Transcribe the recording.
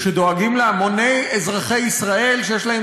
שדואגים להמוני אזרחי ישראל שיש להם